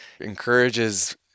encourages